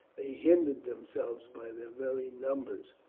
they hindered themselves by their very numbers,